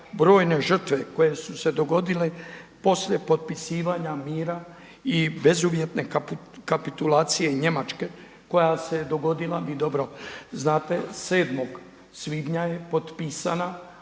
brojne žrtve koje su se dogodile poslije potpisivanja mira i bezuvjetne kapitulacije Njemačke koja se dogodila vi dobro znate 7. svibnja je potpisana,